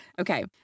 Okay